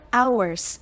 hours